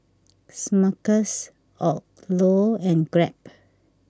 Smuckers Odlo and Grab